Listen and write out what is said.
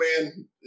man